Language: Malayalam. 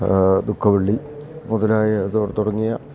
ദുഃഖവെള്ളി മുതലായ തുടങ്ങിയ